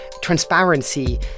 transparency